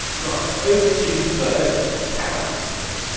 right, over to the first kallax unit.